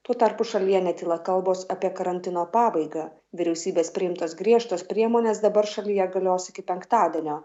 tuo tarpu šalyje netyla kalbos apie karantino pabaigą vyriausybės priimtos griežtos priemonės dabar šalyje galios iki penktadienio